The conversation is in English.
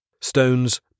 Stones